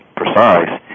precise